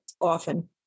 often